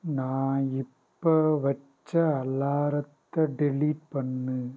நான் இப்போ வைச்ச அலாரத்தை டெலிட் பண்ணு